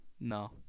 no